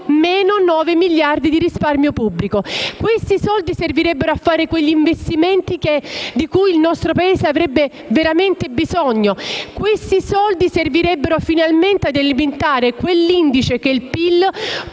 - 9 miliardi di risparmio pubblico. Questi soldi servirebbero a fare quegli investimenti di cui il nostro Paese ha veramente bisogno. Questi soldi servirebbero finalmente ad alimentare quell'indice, che è il PIL,